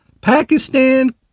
Pakistan